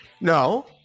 No